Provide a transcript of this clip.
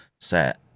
set